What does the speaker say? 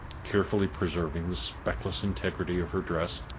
carefully preserving the speckless integrity of her dress,